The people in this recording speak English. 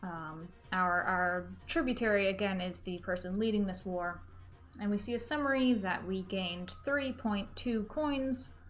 um our our tributary again is the person leading this war and we see a summary that we gained three point two coins